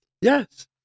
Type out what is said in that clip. Yes